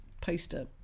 poster